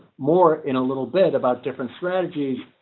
more in a little bit about different thread,